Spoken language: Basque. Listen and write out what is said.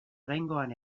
oraingoan